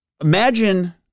imagine